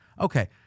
Okay